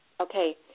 okay